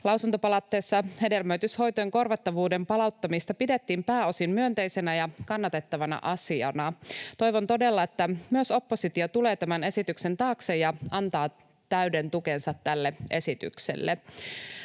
Lausuntopalautteessa hedelmöityshoitojen korvattavuuden palauttamista pidettiin pääosin myönteisenä ja kannatettavana asiana. Toivon todella, että myös oppositio tulee tämän esityksen taakse ja antaa täyden tukensa tälle esitykselle.